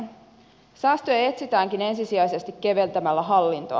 säästöjä etsitäänkin ensisijaisesti keventämällä hallintoa